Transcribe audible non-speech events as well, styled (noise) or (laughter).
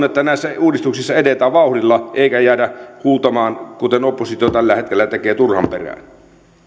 (unintelligible) että näissä uudistuksissa edetään vauhdilla eikä jäädä huutamaan kuten oppositio tällä hetkellä tekee turhan perään